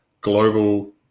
global